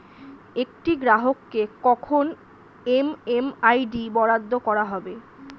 একটি গ্রাহককে কখন এম.এম.আই.ডি বরাদ্দ করা হবে?